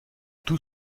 tout